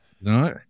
No